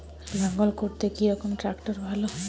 লাঙ্গল করতে কি রকম ট্রাকটার ভালো?